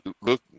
look